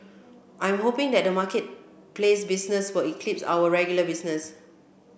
I'm hoping that the marketplace business will eclipse our regular business